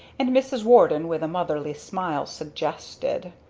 and mrs. warden, with a motherly smile, suggested!